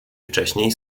wcześniej